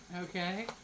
Okay